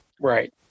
right